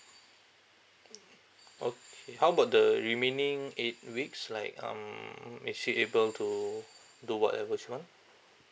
okay how about the remaining eight weeks like um is she able to do whatever she want